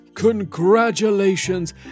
Congratulations